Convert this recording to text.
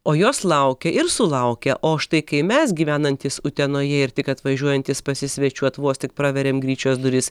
o jos laukia ir sulaukia o štai kai mes gyvenantys utenoje ir tik atvažiuojantys pasisvečiuot vos tik praveriam gryčios duris